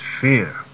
fear